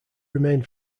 remained